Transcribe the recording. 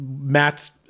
Matt's